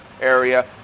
area